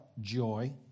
joy